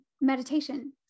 meditation